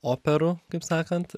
operų kaip sakant